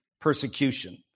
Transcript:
persecution